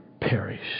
perish